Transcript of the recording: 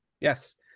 Yes